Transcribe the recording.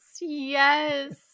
Yes